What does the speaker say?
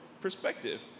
perspective